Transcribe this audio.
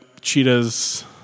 cheetah's